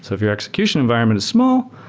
so if your execution environment is small,